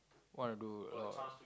wanna do a lot